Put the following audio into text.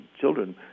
children